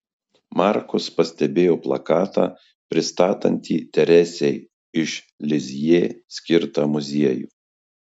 markus pastebėjo plakatą pristatantį teresei iš lizjė skirtą muziejų